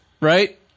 right